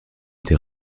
été